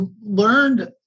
learned